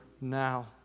now